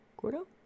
Gordo